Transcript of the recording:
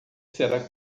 será